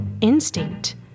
instinct